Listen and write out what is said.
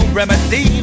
remedy